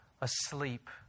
asleep